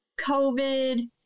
COVID